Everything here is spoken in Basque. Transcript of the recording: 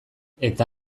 eta